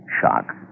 Shock